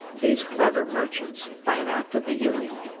these clever merchants, by an act of the union,